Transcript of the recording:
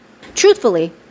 Truthfully